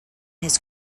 his